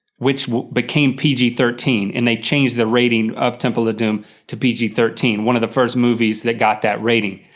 which became pg thirteen, and they change the rating of temple of doom to pg thirteen. one of the first movies that got that rating.